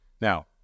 Now